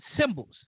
symbols